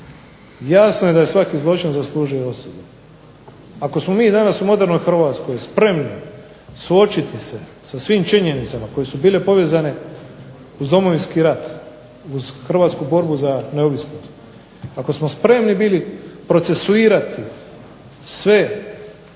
Jasno je da je svaki zločin zaslužuje osudu. Ako smo mi danas u modernoj Hrvatskoj spremni suočiti se sa svim činjenicama koje su bile povezane uz Domovinski rat, uz hrvatsku borbu za neovisnost, ako smo spremni bili procesuirati sve